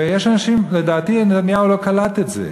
ויש אנשים, לדעתי נתניהו לא קלט את זה,